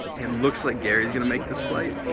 it looks like gary's gonna make this flight.